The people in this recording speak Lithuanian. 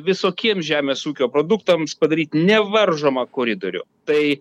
visokiem žemės ūkio produktams padaryt nevaržomą koridorių tai